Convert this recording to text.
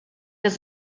that